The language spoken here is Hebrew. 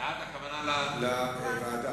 בעד, הכוונה, לוועדה.